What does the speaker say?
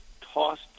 tossed